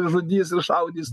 žudys ir šaudys